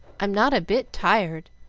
i'm not a bit tired,